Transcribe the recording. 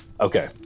Okay